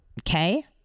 Okay